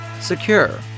Secure